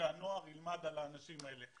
שהנוער ילמד על האנשים האלה.